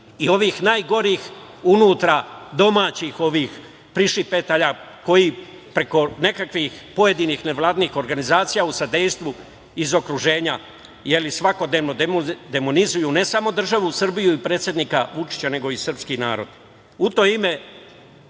i ovih najgorih, unutra, domaćih ovih prišipetalja, koji preko nekakvih pojedinih nevladinih organizacija, u sadejstvu iz okruženja svakodnevno demonizuju ne samo državu Srbiju i predsednika Vučića, nego i srpski narod. U to ime,